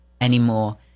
anymore